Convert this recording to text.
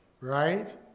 right